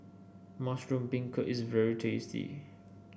Mushroom Beancurd is very tasty